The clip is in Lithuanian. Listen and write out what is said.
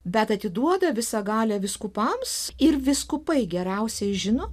bet atiduoda visą galią vyskupams ir vyskupai geriausiai žino